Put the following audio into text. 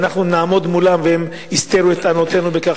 ואנחנו נעמוד מולם והם יסתרו את טענותינו בכך